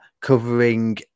covering